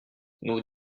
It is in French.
nous